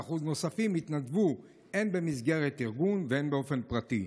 ו-18% נוספים התנדבו הן במסגרת ארגון והן באופן פרטי,